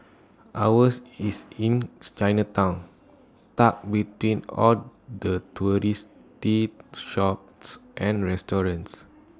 ours is in Chinatown tucked between all the touristy the shops and restaurants